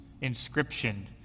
inscription